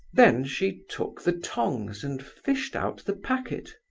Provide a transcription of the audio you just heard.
then she took the tongs and fished out the packet.